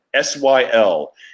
SYL